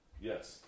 Yes